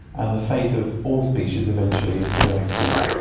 and the fate of all species eventually is to go extinct.